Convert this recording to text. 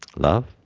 love?